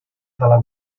dalla